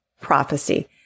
prophecy